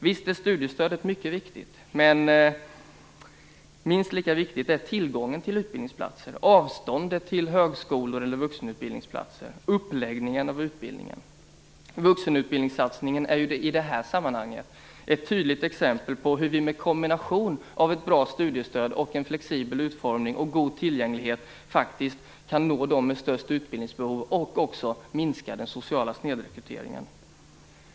Visst är studiestödet mycket viktigt, men minst lika viktigt är tillgången till utbildningsplatser, avståndet till högskolor eller vuxenutbildningsplatser, uppläggningen av utbildningen etc. Vuxenutbildningssatsningen är i det här sammanhanget ett tydligt exempel på hur vi med en kombination av ett bra studiestöd, en flexibel utformning och god tillgänglighet faktiskt kan nå dem med störst utbildningsbehov och också minska den sociala snedrekryteringen.